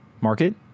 market